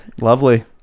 Lovely